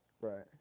Right